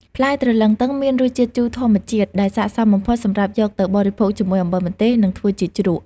ផ្លែទ្រលឹងទឹងមានរសជាតិជូរធម្មជាតិដែលស័ក្តិសមបំផុតសម្រាប់យកទៅបរិភោគជាមួយ អំបិលម្ទេស និងធ្វើជាជ្រក់។